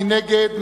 מי נגד?